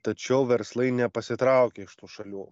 tačiau verslai nepasitraukė iš tų šalių